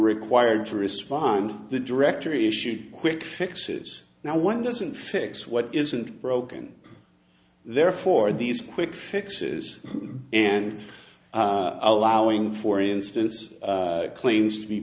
required to respond to the directory issue a quick fixes now one doesn't fix what isn't broken therefore these quick fixes and allowing for instance claims to be